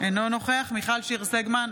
אינו נוכח מיכל שיר סגמן,